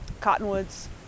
cottonwoods